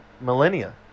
millennia